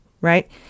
right